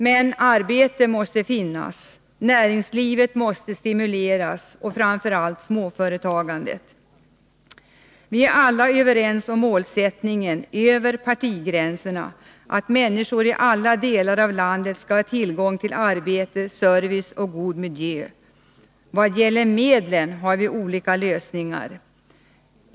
Men arbete måste finnas, näringslivet och framför allt småföretagandet måste stimuleras. Vi är alla över partigränserna överens om målsättningen — att människor i alla delar av landet skall ha tillgång till arbete, service och god miljö. Beträffande medlen har vi olika lösningar.